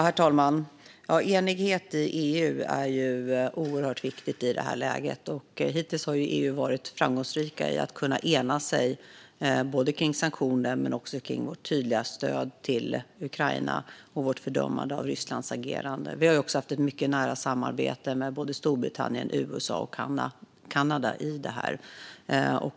Herr talman! Enighet i EU är oerhört viktigt i det här läget, och hittills har EU varit framgångsrikt i att enas om såväl sanktioner och tydliga stöd till Ukraina som ett fördömande av Rysslands agerande. Vi har också haft ett mycket nära samarbete med både Storbritannien, USA och Kanada i detta.